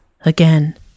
again